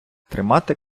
тримати